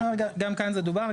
גם כאן זה דובר,